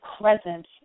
presence